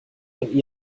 von